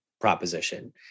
proposition